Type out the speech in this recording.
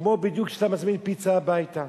בדיוק כמו שאתה מזמין פיצה הביתה.